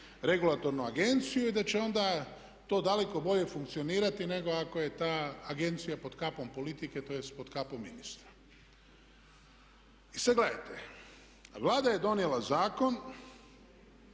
regulatornu agenciju i da će onda to daleko bolje funkcionirati nego ako je ta agencija pod kapom politike, tj. pod kapom ministra. I sada gledajte, Vlada je donijela zakon,